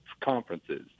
conferences